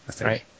Right